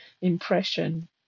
impression